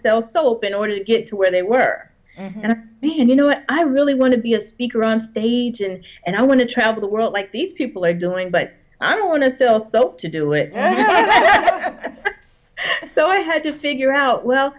sell soap in order to get to where they were going to be and you know i really want to be a speaker on stage and and i want to travel the world like these people are doing but i don't want to sell soap to do it so i had to figure out well